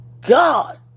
God